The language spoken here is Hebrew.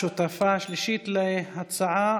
השותפה השלישית להצעה,